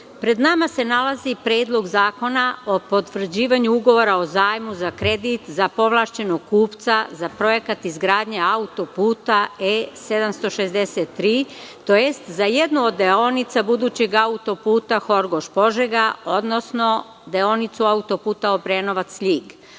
pred nama se nalazi Predlog zakona o potvrđivanju Ugovora o zajmu za kredit za povlašćenog kupca za Projekat izgradnje autoputa E763, to jest za jednu od deonica budućeg autoputa Horgoš-Požega, odnosno deonicu autoputa Obrenovac-Ljig. Predmet